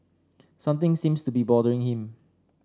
something seems to be bothering him